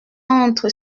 entre